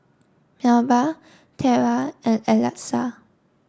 Melba Tera and Alexa